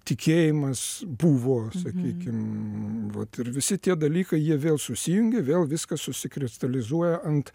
tikėjimas buvo sakykime vat ir visi tie dalykai jie vėl susijungia vėl viskas susikristalizuoja ant